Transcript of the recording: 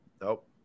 Nope